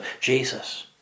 Jesus